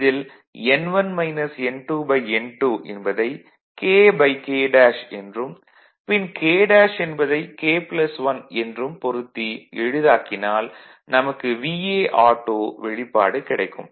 இதில் N1 N2 N2 என்பதை KK என்றும் பின் K என்பதை K 1 என்றும் பொருத்தி எளிதாக்கினால் நமக்கு auto வெளிப்பாடு கிடைக்கும்